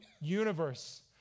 universe